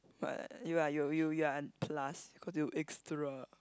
but you are you you you are an plus cause you extra